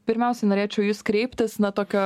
pirmiausia norėčiau į jus kreiptis na tokio